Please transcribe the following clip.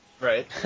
Right